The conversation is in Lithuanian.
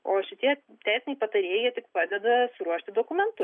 o šitie teisiniai patarėjai jie tik padeda suruošti dokumentus